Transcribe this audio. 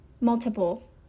Multiple